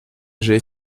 j’ai